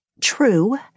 True